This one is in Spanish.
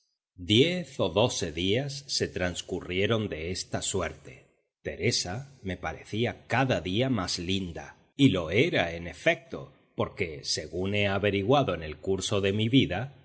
diez o doce días se transcurrieron de esta suerte teresa me parecía cada día más linda y lo era en efecto porque según he averiguado en el curso de mi vida